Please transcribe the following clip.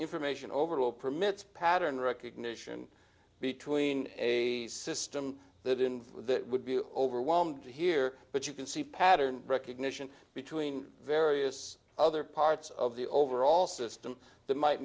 information overall permits pattern recognition between a system that in that would be overwhelmed here but you can see pattern recognition between various other parts of the overall system that might